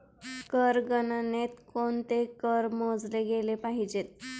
कर गणनेत कोणते कर मोजले गेले पाहिजेत?